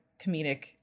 comedic